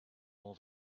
all